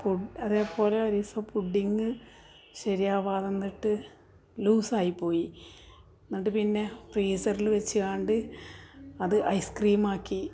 പൊ അതേ പോലെ ഒരു ദിവസം പുഡ്ഡിംഗ് ശരിയാവാതെ വന്നിട്ട് ലൂസായി പോയി എന്നിട്ട് പിന്നെ ഫ്രീസറിൽ വച്ചങ്ങാണ്ട് അത് ഐസ്ക്രീം ആക്കി